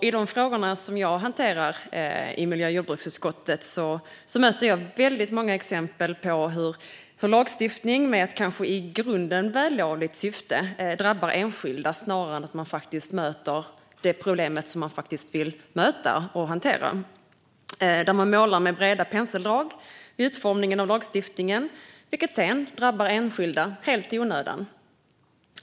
I de frågor som jag hanterar i miljö och jordbruksutskottet möter jag många exempel på hur lagstiftning med ett kanske i grunden vällovligt syfte drabbar enskilda snarare än att möta det problem man vill hantera. Man målar med breda penseldrag vid utformningen av lagstiftningen, vilket sedan drabbar enskilda helt i onödan.